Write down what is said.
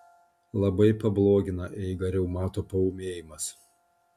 labai pablogina eigą reumato paūmėjimas